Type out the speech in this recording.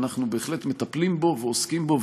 ואנחנו בהחלט מטפלים בו ועוסקים בו.